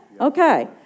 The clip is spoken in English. Okay